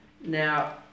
Now